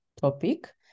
topic